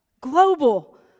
global